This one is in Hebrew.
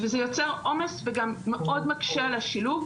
וזה יוצר עומס וגם מאוד מקשה על השילוב,